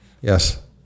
Yes